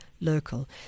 local